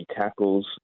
tackles